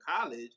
college